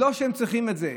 לא שהם צריכים את זה,